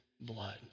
blood